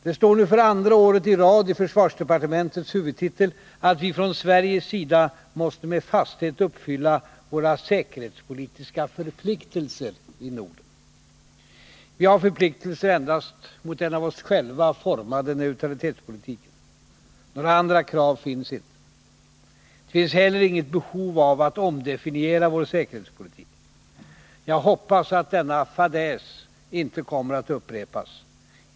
Det står nu för andra året i rad i försvarsdepartementets huvudtitel ”att vi från Sveriges sida måste med fasthet uppfylla våra säkerhetspolitiska förpliktelser i Norden”. Vi har förpliktelser endast mot den av oss själva formade neutralitetspolitiken. Några andra krav finns inte. Det finns heller inget behov av att omdefiniera vår säkerhetspolitik. Jag hoppas att denna fadäs inte kommer att upprepas.